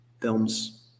films